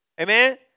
Amen